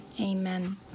amen